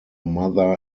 mother